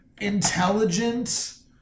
intelligent